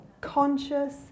conscious